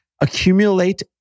accumulate